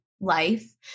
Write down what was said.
life